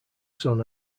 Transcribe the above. son